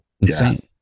Insane